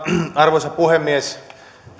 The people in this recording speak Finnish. arvoisa puhemies